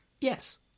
Yes